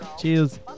Cheers